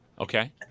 Okay